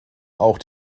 auch